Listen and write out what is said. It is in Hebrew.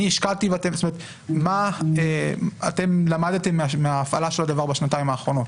מה אתן למדתן מההפעלה של הדבר בשנתיים האחרונות?